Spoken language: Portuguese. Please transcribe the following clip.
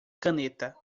caneta